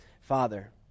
Father